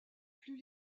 plus